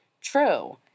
true